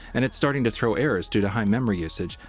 and it's starting to throw errors due to high memory usage,